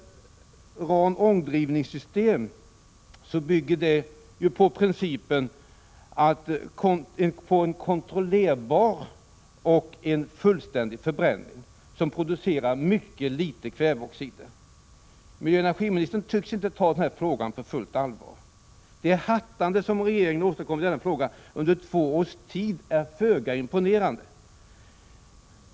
RAN-ångdrivningssystemet bygger på en kontrollerbar och fullständig förbränning, som producerar mycket litet kväveoxider. Miljöoch energiministern tycks inte ta den frågan på fullt allvar. Det ”hattande” som regeringen under två års tid åstadkommit i den frågan är föga imponerande.